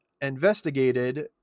investigated